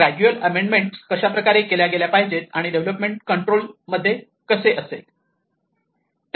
gradual amendments कशाप्रकारे केल्या गेल्या पाहिजे आणि डेव्हलपमेंट कंट्रोलमध्ये कसे असेल